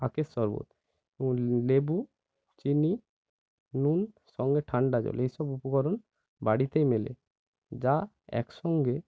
আখের শরবত ও লেবু চিনি নুন সঙ্গে ঠান্ডা জল এসব উপকরণ বাড়িতে মেলে যা একসঙ্গে